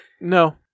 No